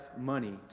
money